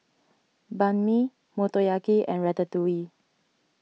Banh Mi Motoyaki and Ratatouille